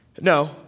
No